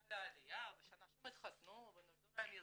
גל העליה ושאנשים התחתנו ונולדו להם ילדים,